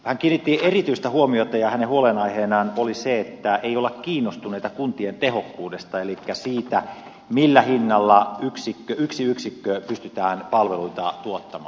hän kiinnitti erityistä huomiota ja hänen huolenaiheenaan oli se että ei olla kiinnostuneita kuntien tehokkuudesta elikkä siitä millä hinnalla yksi yksikkö palveluita pystyy tuottamaan